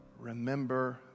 remember